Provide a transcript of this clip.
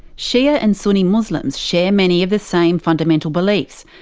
shia and sunni muslims share many of the same fundamental beliefs,